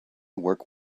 work